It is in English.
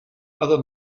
other